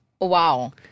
Wow